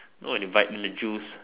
oh you bite in the juice